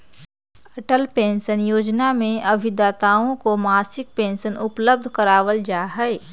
Atal pension योजना में अभिदाताओं के मासिक पेंशन उपलब्ध करावल जाहई